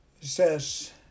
says